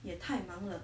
也太忙了